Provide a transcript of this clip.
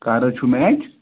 کَر حظ چھُو میچ